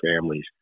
families